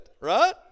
right